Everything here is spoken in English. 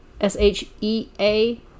S-H-E-A